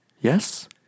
Yes